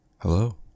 Hello